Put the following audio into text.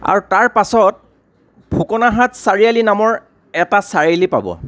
আৰু তাৰ পাছত ফুকনাহাট চাৰিআলি নামৰ এটা চাৰিআলি পাব